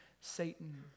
Satan